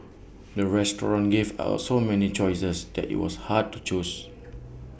the restaurant gave our so many choices that IT was hard to choose